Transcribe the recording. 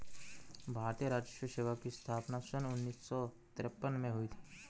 भारतीय राजस्व सेवा की स्थापना सन उन्नीस सौ तिरपन में हुई थी